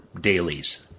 dailies